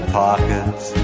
pockets